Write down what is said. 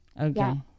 Okay